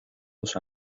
dos